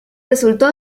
resultó